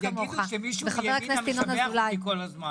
עוד יגידו שמישהו מימינה משבח אותי כל הזמן.